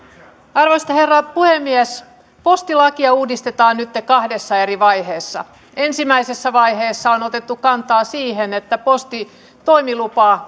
arvoisa herra puhemies postilakia uudistetaan nytten kahdessa eri vaiheessa ensimmäisessä vaiheessa on otettu kantaa siihen että postitoimiluvan